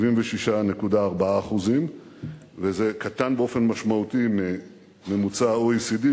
76.4%. וזה קטן באופן משמעותי מממוצע ה-OECD,